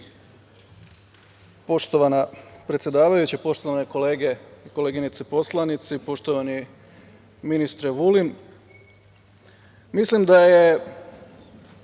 predsedavajuća, poštovane kolege i koleginice poslanici, poštovani ministre Vulin, mislim da je